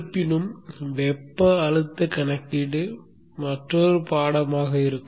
இருப்பினும் வெப்ப அழுத்த கணக்கீடு மற்றொரு பாடமாக இருக்கும்